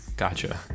Gotcha